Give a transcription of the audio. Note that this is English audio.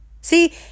See